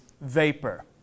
vapor